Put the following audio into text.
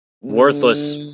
worthless